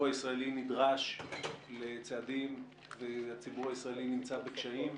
הישראלי נדרש לצעדים והציבור הישראלי נמצא בקשיים,